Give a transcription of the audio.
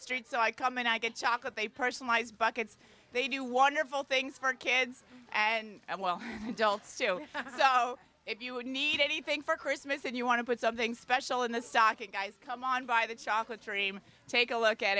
street so i come in i get chocolate they personalize buckets they do wonderful things for kids and well you don't say oh if you would need anything for christmas and you want to put something special in the socket guys come on by the chocolate dream take a look at